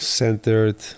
centered